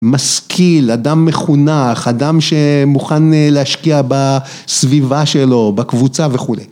משכיל, אדם מחונך, אדם שמוכן להשקיע בסביבה שלו, בקבוצה וכו'.